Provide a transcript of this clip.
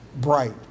bright